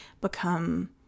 become